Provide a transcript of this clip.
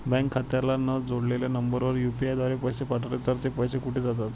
Bank खात्याला न जोडलेल्या नंबरवर यु.पी.आय द्वारे पैसे पाठवले तर ते पैसे कुठे जातात?